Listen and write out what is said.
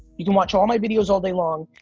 you can watch all my videos all day long,